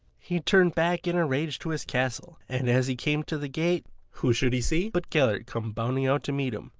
he turned back in a rage to his castle, and as he came to the gate, who should he see but gellert come bounding out to meet him.